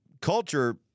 culture